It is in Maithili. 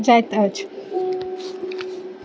जाइत अछि